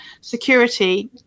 security